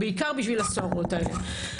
בעיקר בשביל הסוהרות האלה.